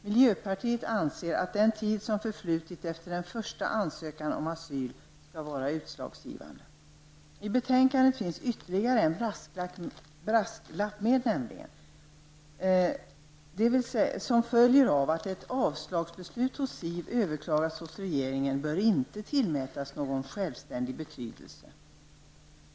Miljöpartiet anser att den tid som förflutit efter den första ansökan om asyl skall vara utslagsgivande. I betänkandet finns ytterligare en brasklapp om att en ytterligare väntetid som följer av att ett avslagsbeslut hos SIV överklagats hos regeringen inte bör tillmätas någon självständig betydelse.